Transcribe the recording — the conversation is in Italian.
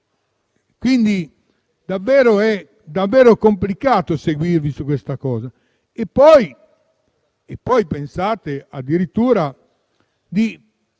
lo so. È davvero complicato seguirvi su questa cosa. E poi pensate addirittura,